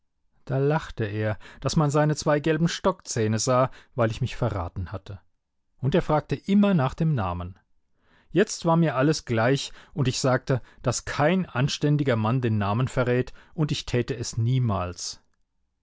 da lachte er daß man seine zwei gelben stockzähne sah weil ich mich verraten hatte und er fragte immer nach dem namen jetzt war mir alles gleich und ich sagte daß kein anständiger mann den namen verrät und ich täte es niemals